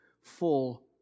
full